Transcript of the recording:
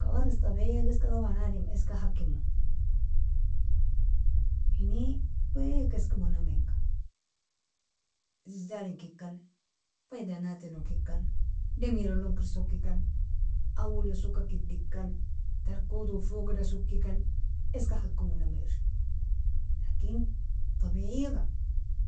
Kawaris tabiyaga iska taban adam iska hakimo, ine weka iskemonaminga zelzalinkikan, faidanatlonkikan, demiralon krisokikan awelonsoka kiddikkan tarkoto fogida sokikan iska hakimonami eri lakin tabiyaga